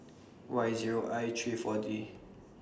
Y Zero I three four D